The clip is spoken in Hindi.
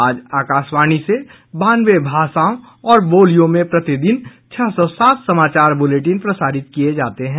आज आकाशवाणी से बानवे भाषाओं और बोलियों में प्रतिदिन छह सौ सात बुलेटिन प्रसारित किये जाते हैं